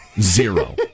Zero